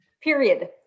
Period